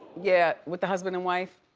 yeah, with the husband and wife.